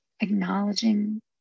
Acknowledging